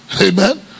Amen